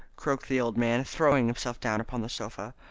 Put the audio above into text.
croaked the old man, throwing himself down upon the sofa.